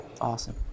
Awesome